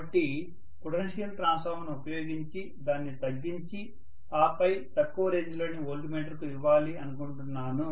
కాబట్టి పొటెన్షియల్ ట్రాన్స్ఫార్మర్ను ఉపయోగించి దాన్ని తగ్గించి ఆపై తక్కువ రేంజ్ లోని వోల్టమీటర్ కు ఇవ్వాలి అనుకుంటున్నాను